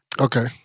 Okay